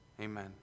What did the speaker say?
Amen